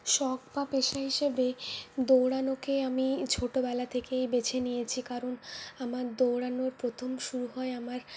শখ বা পেশা হিসাবে দৌড়ানোকে আমি ছোটবেলা থেকেই বেছে নিয়েছি কারণ আমার দৌড়ানোর প্রথম শুরু হয় আমার